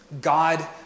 God